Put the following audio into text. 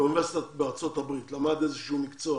באוניברסיטה בארצות הברית, למד איזשהו מקצוע